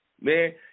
Man